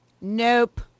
Nope